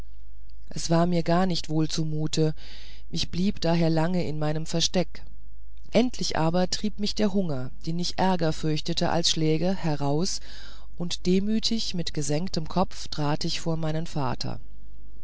mir war gar nicht wohl zumut ich blieb daher lange in meinem versteck endlich aber trieb mich der hunger den ich ärger fürchtete als schläge heraus und demütig und mit gesenktem kopf trat ich vor meinen vater